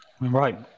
Right